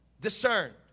discerned